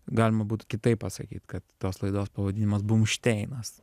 galima būtų kitaip pasakyt kad tos laidos pavadinimas bumšteinas